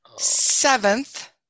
Seventh